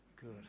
Good